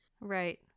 right